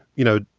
you know,